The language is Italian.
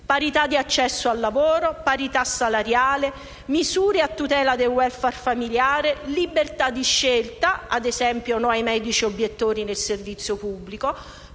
parità di accesso al lavoro, parità salariale, misure a tutela del *welfare* familiare, libertà di scelta (ad esempio, no ai medici obiettori nel servizio pubblico),